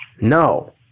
No